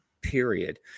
period